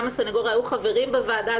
גם הסניגוריה היו חברים בוועדה.